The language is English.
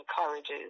encourages